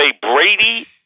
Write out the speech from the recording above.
Brady